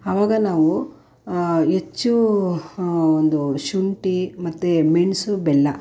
ಆವಾಗ ನಾವು ಹೆಚ್ಚು ಒಂದು ಶುಂಠಿ ಮತ್ತು ಮೆಣಸು ಬೆಲ್ಲ